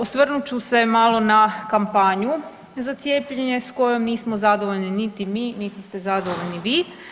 Osvrnut ću se malo na kampanju za cijepljenje s kojom nismo zadovoljni niti mi niti ste zadovoljni vi.